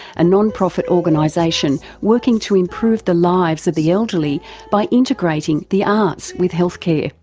a non-profit organisation working to improve the lives of the elderly by integrating the arts with healthcare,